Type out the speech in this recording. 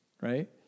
right